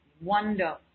wonder